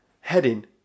Heading